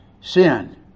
sin